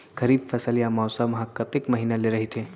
खरीफ फसल या मौसम हा कतेक महिना ले रहिथे?